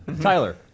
Tyler